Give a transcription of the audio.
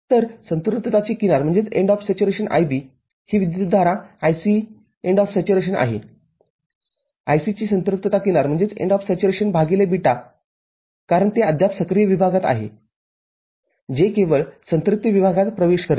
तरसंपृक्तता ची किनार IB ही विद्युतधारा IC आहे IC ची संपृक्तता किनार भागिले β कारण ते अद्याप सक्रिय विभागात आहे जे केवळ संतृप्ति विभागात प्रवेश करते